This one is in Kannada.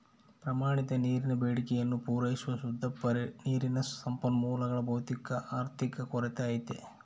ಪ್ರಮಾಣಿತ ನೀರಿನ ಬೇಡಿಕೆಯನ್ನು ಪೂರೈಸುವ ಶುದ್ಧ ನೀರಿನ ಸಂಪನ್ಮೂಲಗಳ ಭೌತಿಕ ಆರ್ಥಿಕ ಕೊರತೆ ಐತೆ